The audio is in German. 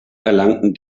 erlangten